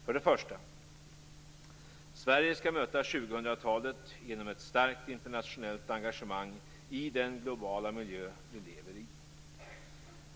För det första: Sverige skall möta 2000-talet genom ett starkt internationellt engagemang i den globala miljö vi lever i.